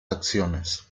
acciones